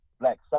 black